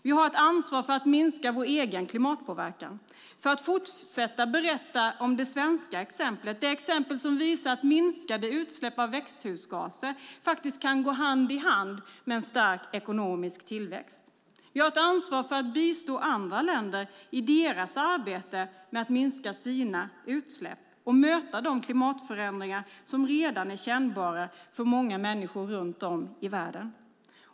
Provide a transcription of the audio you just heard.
Vi har ett ansvar för att minska vår egen klimatpåverkan, för att fortsätta att berätta om det svenska exemplet, det exempel som visar att minskade utsläpp av växthusgaser faktiskt kan gå hand i hand med en stark ekonomisk tillväxt. Vi har ett ansvar för att bistå andra länder i deras arbete med att minska sina utsläpp och möta de klimatförändringar som redan är kännbara för många människor runt om i världen.